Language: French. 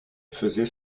faisait